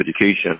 Education